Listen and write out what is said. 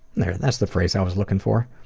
there, that's the phrase i was looking for.